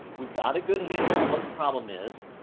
we've got a good handle on what the problem is,